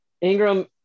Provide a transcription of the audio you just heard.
Ingram